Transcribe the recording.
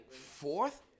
fourth